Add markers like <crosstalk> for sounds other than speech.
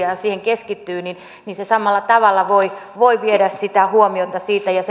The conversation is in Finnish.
ja siihen keskittyy niin niin se samalla tavalla voi voi viedä sitä huomiota ja <unintelligible>